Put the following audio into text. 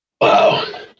Wow